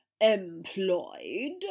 Employed